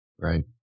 Right